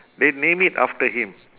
they named it after him